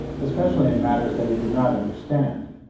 especially in matters that he did not understand.